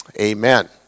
Amen